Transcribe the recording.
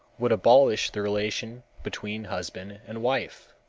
would abolish the relation between husband and wife,